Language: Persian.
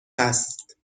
هست